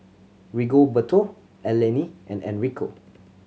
Rigoberto Eleni and Enrico